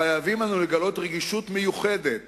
חייבים אנו לגלות רגישות מיוחדת